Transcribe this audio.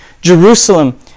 Jerusalem